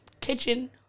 kitchen